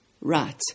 Right